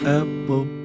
apple